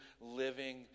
living